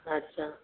अच्छा